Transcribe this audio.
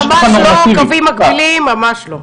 הם ממש לא קווים מקבילים ממש לא,